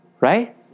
Right